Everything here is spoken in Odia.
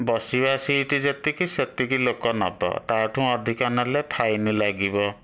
ବସିବା ସିଟ୍ ଯେତିକି ସେତିକି ଲୋକ ନବ ତା'ଠୁଁ ଅଧିକା ନେଲେ ଫାଇନ୍ ଲାଗିବ